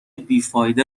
بیفایده